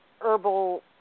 herbal